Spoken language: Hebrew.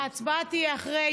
ההצבעה תהיה אחרי,